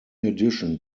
addition